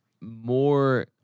more